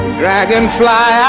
dragonfly